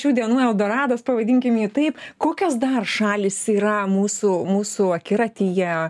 šių dienų eldoradas pavadinkim jį taip kokios dar šalys yra mūsų mūsų akiratyje